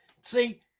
See